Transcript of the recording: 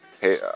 Hey